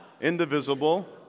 indivisible